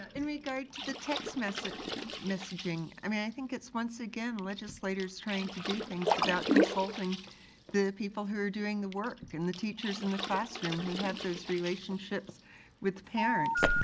in regard to the text messaging, i mean, i think it's once again legislatures trying to do things without consulting the people who are doing the work and the teachers in the classroom who have those relationships with parents.